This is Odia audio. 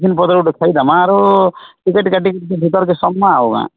ଟିଫିନ୍ ବଦଳେ ଗୁଟେ ଥୁଇ ଦବା ଆରୁ ଟିକେଟ୍ କାଟିକି ଟିକେ ଭିତର କେ ଆଉ